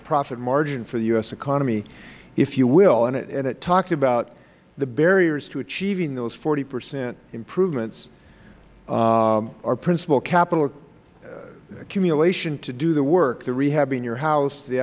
a profit margin for the u s economy if you will and it talked about the barriers to achieving those forty percent improvements or principal capital accumulation to do the work the rehabbing your house the